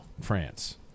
France